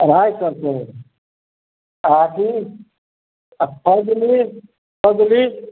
अढ़ाइ सए के आ अथी आ फजुली फजुली